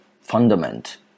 fundament